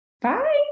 Bye